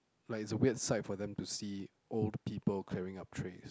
like it's a weird sight for them to see old people clearing up tray